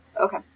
Okay